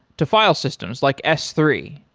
to file systems, like s three.